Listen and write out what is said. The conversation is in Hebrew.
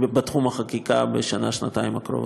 בתחום החקיקה בשנה-שנתיים הקרובות.